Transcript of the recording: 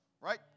right